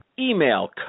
Email